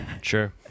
Sure